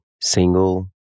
single